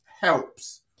helps